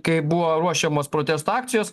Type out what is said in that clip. kai buvo ruošiamos protesto akcijos